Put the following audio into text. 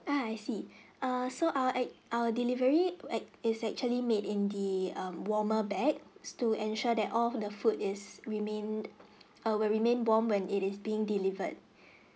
uh I see err so are at our delivery act is actually made in the um warmer bag to ensure that all the food is remained err will remain warm when it is being delivered